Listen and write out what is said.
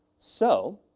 so,